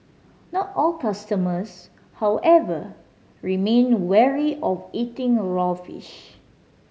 not all customers however remain wary of eating raw fish